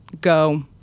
Go